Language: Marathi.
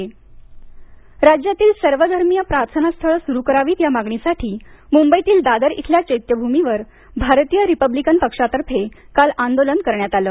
चैत्यभूमी आंदोलन राज्यातील सर्वधर्मीय प्रार्थनास्थळं सुरु करावीत या मागणीसाठी मुंबईतील दादर इथल्या चैत्यभूमीवर भारतीय रिपब्लिकन पक्षातर्फे काल आंदोलन करण्यात आलं